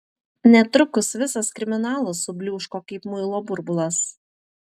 netrukus visas kriminalas subliūško kaip muilo burbulas